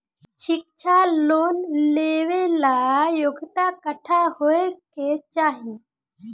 शिक्षा लोन लेवेला योग्यता कट्ठा होए के चाहीं?